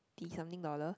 twenty something dollar